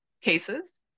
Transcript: cases